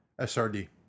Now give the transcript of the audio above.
SRD